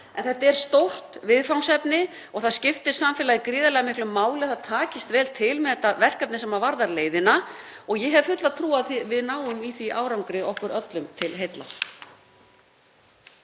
Þetta er stórt viðfangsefni og það skiptir samfélagið gríðarlega miklu máli að það takist vel til með þetta verkefni sem varðar leiðina og ég hef fulla trú á því að við náum í því árangri okkur öllum til heilla.